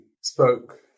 spoke